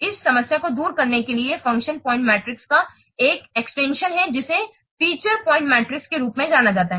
इस समस्या को दूर करने के लिए फंक्शन पॉइंट मीट्रिक का एक एक्सटेंशन है जिसे फ़ीचर पॉइंट मीट्रिक के रूप में जाना जाता है